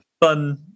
Fun